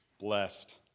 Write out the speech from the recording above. Blessed